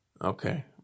Okay